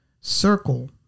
circle